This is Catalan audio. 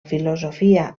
filosofia